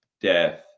death